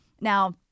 Now